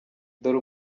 dore